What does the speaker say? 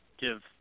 give